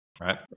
right